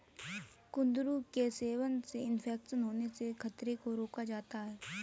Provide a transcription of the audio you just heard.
कुंदरू के सेवन से इन्फेक्शन होने के खतरे को रोका जा सकता है